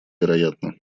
вероятно